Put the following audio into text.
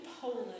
Poland